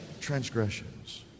Transgressions